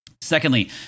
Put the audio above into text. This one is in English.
Secondly